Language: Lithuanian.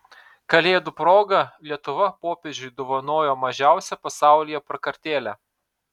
kalėdų proga lietuva popiežiui dovanojo mažiausią pasaulyje prakartėlę